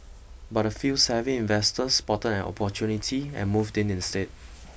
but a few savvy investors spotted an opportunity and moved in instead